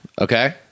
Okay